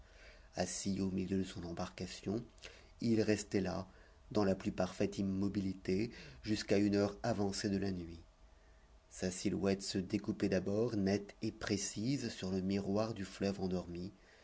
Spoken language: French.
assis au milieu de son embarcation il restait là dans la plus parfaite immobilité jusqu'à une heure avancée de la nuit sa silhouette se découpait d'abord nette et précise sur le miroir du fleuve endormi